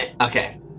Okay